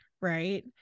right